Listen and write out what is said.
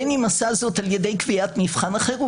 בין אם עשה זאת על ידי קביעת מבחן אחר,